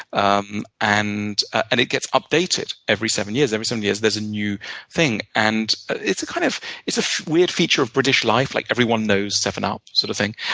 um and and it gets updated every seven years. every seven years, there's a new thing. and it's kind of it's a weird feature of british life. like everyone knows seven up sort of thing.